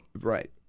Right